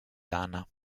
dana